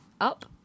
Up